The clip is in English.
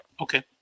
Okay